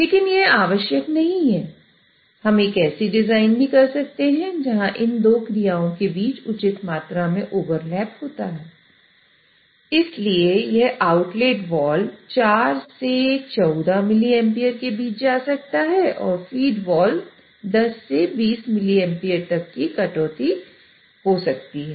लेकिन यह आवश्यक नहीं है हम एक ऐसी डिज़ाइन भी कर सकते हैं जहाँ इन 2 क्रियाओं के बीच उचित मात्रा में ओवरलैप होता है इसलिए यह आउटलेट वाल्व 4 से 14 मिलीएम्पीयरके बीच जा सकता है और फीड वाल्व में 10 से 20 मिलीएम्पीयर तक की कटौती हो सकती है